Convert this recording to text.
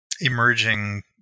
emerging